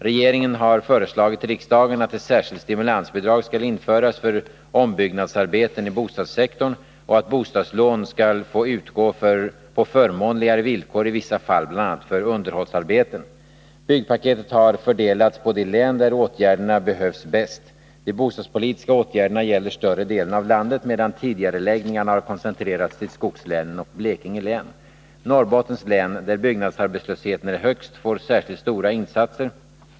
Regeringen har föreslagit riksdagen att ett särskilt stimulansbidrag skall införas för ombyggnadsarbeten i bostadssektorn och att bostadslån skall få utgå på förmånligare villkor i vissa fall, bl.a. för underhållsarbeten. Byggpaketet har fördelats på de län där åtgärderna behövs bäst. De bostadspolitiska åtgärderna gäller större delen av landet, medan tidigareläggningarna har koncentrerats till skogslänen och Blekinge län. Norrbottens län, där byggnadsarbetslösheten är högst, får särskilt stora insatser.